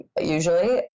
usually